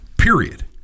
Period